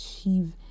achieve